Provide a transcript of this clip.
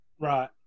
Right